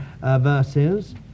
verses